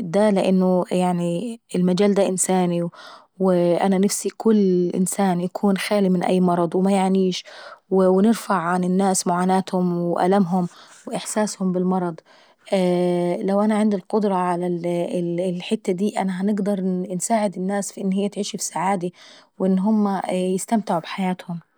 دا لأن المجال دا انساني وانا نفسي يكون أي انسان خالي من المرض ومينعانيش، ونرفع عن الناس معاناتهم وألمهم واحساسهم بالمرض. لو انا عندي القدرة على الحتة دي هنساعد الناس في ان هي تعيش في سعادي وان هما يستمتعوا بحياتهم.